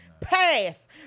pass